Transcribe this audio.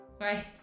right